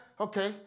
okay